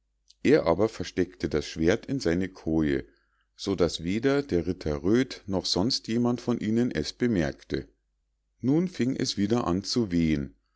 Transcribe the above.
er aber versteckte das schwert in seine koje so daß weder der ritter röd noch sonst jemand von ihnen es bemerkte nun fing es wieder an zu wehen